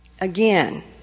Again